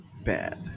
bad